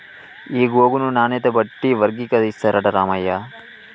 ఈ గోగును నాణ్యత బట్టి వర్గీకరిస్తారట రామయ్య